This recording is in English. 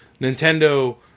Nintendo